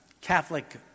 Catholic